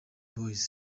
boyz